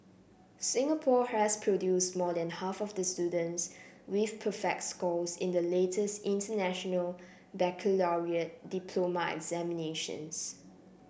Singapore has produced more than half of the students with perfect scores in the latest International Baccalaureate diploma examinations